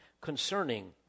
concerning